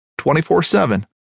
24-7